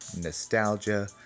nostalgia